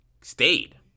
stayed